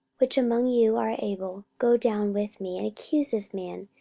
which among you are able, go down with me, and accuse this man,